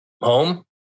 home